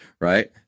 right